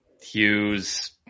Hughes